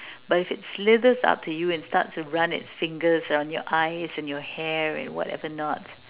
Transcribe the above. but if it slithers up to you and starts to run its fingers around your eyes and your hair and whatever not